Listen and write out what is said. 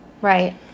Right